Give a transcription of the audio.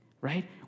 right